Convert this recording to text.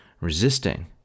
resisting